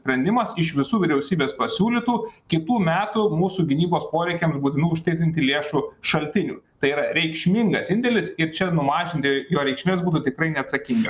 sprendimas iš visų vyriausybės pasiūlytų kitų metų mūsų gynybos poreikiams būtinų užtikrinti lėšų šaltinių tai yra reikšmingas indėlis ir čia numažinti jo reikšmes būtų tikrai neatsakinga